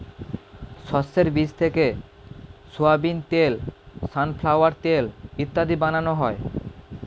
শস্যের বীজ থেকে সোয়াবিন তেল, সানফ্লাওয়ার তেল ইত্যাদি বানানো হয়